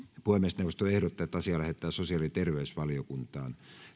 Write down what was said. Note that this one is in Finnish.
puhemiesneuvosto ehdottaa että asia lähetetään sosiaali ja terveysvaliokuntaan